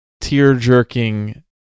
tear-jerking